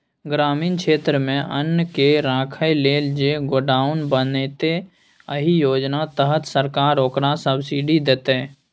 ग्रामीण क्षेत्रमे अन्नकेँ राखय लेल जे गोडाउन बनेतै एहि योजना तहत सरकार ओकरा सब्सिडी दैतै